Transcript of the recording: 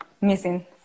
missing